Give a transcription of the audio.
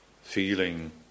feeling